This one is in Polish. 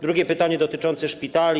Drugie pytanie dotyczące szpitali.